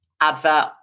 advert